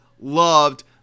loved